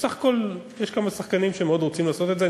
בסך הכול יש כמה שחקנים שמאוד רוצים לעשות את זה.